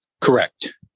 Correct